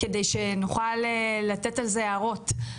כדי שנוכל לתת על זה ההערות.